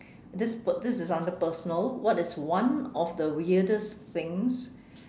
this p~ this is under personal what is one of the weirdest things